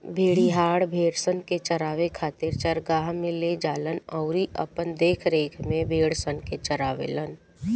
भेड़िहार, भेड़सन के चरावे खातिर चरागाह में ले जालन अउरी अपना देखरेख में भेड़सन के चारावेलन